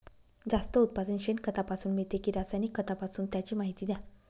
जास्त उत्पादन शेणखतापासून मिळते कि रासायनिक खतापासून? त्याची माहिती द्या